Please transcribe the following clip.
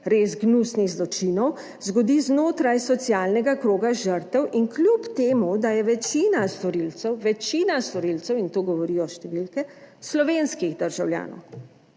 res gnusnih zločinov, zgodi znotraj socialnega kroga žrtev in kljub temu, da je večina storilcev, večina storilcev in to govorijo številke, slovenskih državljanov.